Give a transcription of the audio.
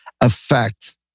affect